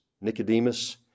Nicodemus